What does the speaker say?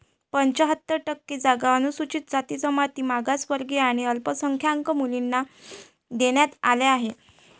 पंच्याहत्तर टक्के जागा अनुसूचित जाती, जमाती, मागासवर्गीय आणि अल्पसंख्याक मुलींना देण्यात आल्या आहेत